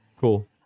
cool